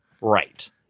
right